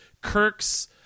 Kirk's